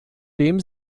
dem